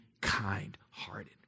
kind-hearted